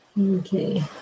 Okay